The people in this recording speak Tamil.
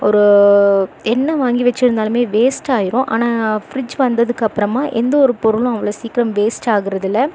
ஒரு என்ன வாங்கி வைச்சுருந்தாலுமே வேஸ்ட் ஆகிரும் ஆனால் ஃப்ரிட்ஜ் வந்ததுக்கு அப்புறமா எந்த ஒரு பொருளும் அவ்வளோ சீக்கிரம் வேஸ்ட் ஆகிறது இல்லை